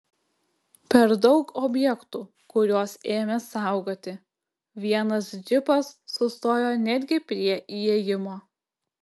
per daug objektų kuriuos ėmė saugoti vienas džipas sustojo netgi prie įėjimo